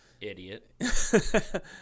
Idiot